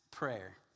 Prayer